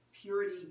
purity